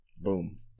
boom